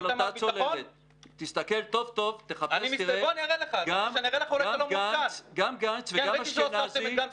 על הצוללת הזאת יושבים גם גנץ ואשכנזי.